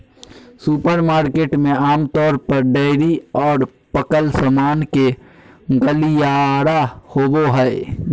supermarket में आमतौर पर डेयरी और पकल सामान के गलियारा होबो हइ